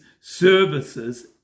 services